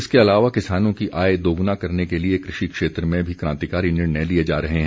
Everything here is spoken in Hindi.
इसके अलावा किसानों की आय दोगुना करने के लिए कृषि क्षेत्र में क्रांतिकारी निर्णय लिए जा रहे हैं